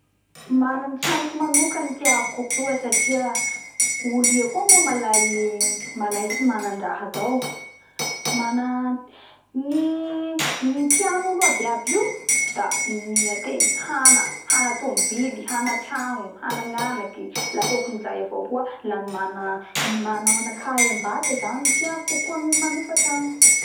Mana ny tragnoko manoka tiako kokoa satria olo ia koa moa malay tsy manandraha zao mana ny tianolo aby aby io da ny ateg hana hana tobily hana tragno hanagnanaky la hokanizay avao koa la ny mana ny mana anakahy ambata zany tiako kokoa noho ny manofa tragno